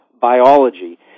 biology